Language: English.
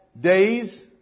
days